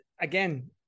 again